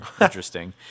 Interesting